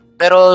pero